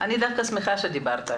אני דווקא שמחה שדיברת,